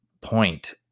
point